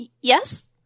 Yes